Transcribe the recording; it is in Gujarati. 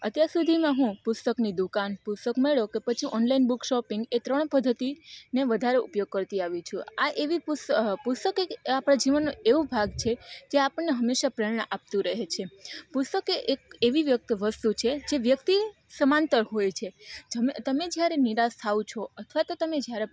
અત્યાર સુધીમાં હું પુસ્તકની દુકાન પુસ્તક મેળો કે પછી ઓનલાઈન બુક શોપિંગ એ ત્રણ પદ્ધતિ ને વધારે ઉપયોગ કરતી આવી છું આ એવી પુસ્તક એક આપણા જીવનનું એક એવો ભાગ છે જે આપણને હંમેશા પ્રેરણા આપતું રહે છે પુસ્તક એ એક એવી વસ્તુ છે જે વ્યક્તિ સમાંતર હોય છે જમ તમે જ્યારે નિરાશ થાઓ છો અથવા તો તમે જ્યારે